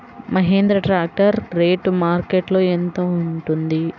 Mahindra tractor rate మార్కెట్లో యెంత ఉంటుంది?